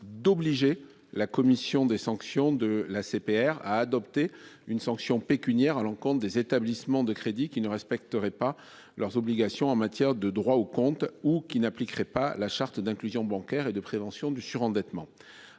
d'obliger la commission des sanctions de la CPR a adopté une sanction pécuniaires à l'encontre des établissements de crédit qui ne respecteraient pas leurs obligations en matière de droit au compte, ou qui n'appliqueraient pas la charte d'inclusion bancaire et de prévention du surendettement